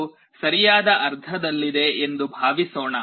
ಅದು ಸರಿಯಾದ ಅರ್ಧದಲ್ಲಿದೆ ಎಂದು ಭಾವಿಸೋಣ